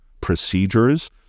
procedures